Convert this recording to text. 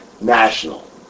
national